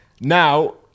now